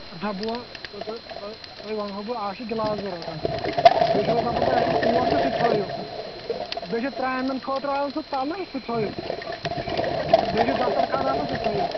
دَپہو تۄہہِ وَنہو بہٕ اَکھ چھِ گِلاس ضروٗرت حظ بیٚیہِ چھُ مےٚ دَپُن تۄہہِ اَسہِ چھِ کوک چھِ سُہ تہِ تھٲیِو بیٚیہِ چھِ ترٛامٮ۪ن خٲطرٕ حظ سُہ تَلہٕ سُہ تہِ تھٲیِو بیٚیہِ چھِ دَستَرخان آسان سُہ تہِ تھٲیِو